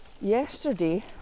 yesterday